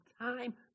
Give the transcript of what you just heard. time